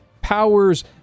Powers